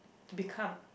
become